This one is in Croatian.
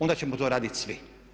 Onda ćemo to raditi svi.